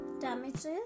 damages